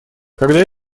когда